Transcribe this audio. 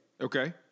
Okay